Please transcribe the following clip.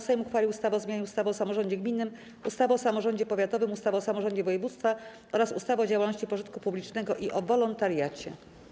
Sejm uchwalił ustawę o zmianie ustawy o samorządzie gminnym, ustawy o samorządzie powiatowym, ustawy o samorządzie województwa oraz ustawy o działalności pożytku publicznego i o wolontariacie.